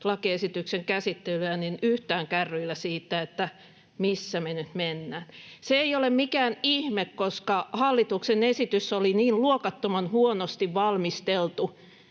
lakiesityksen käsittelyä yhtään kärryillä siitä, missä me nyt mennään. Se ei ole mikään ihme, koska hallituksen esitys oli niin luokattoman huonosti valmisteltu,